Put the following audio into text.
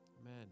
Amen